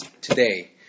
today